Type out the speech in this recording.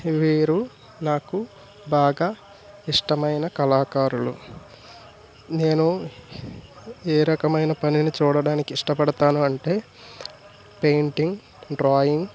వీరు నాకు బాగా ఇష్టమైన కళాకారులు నేను ఏ రకమైన పనిని చూడడానికి ఇష్టపడతాను అంటే పెయింటింగ్ డ్రాయింగ్